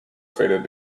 faded